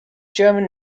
german